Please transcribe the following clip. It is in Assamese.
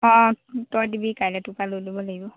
অ তই দিবি কাইলৈ তোৰ পৰা লৈ ল'ব লাগিব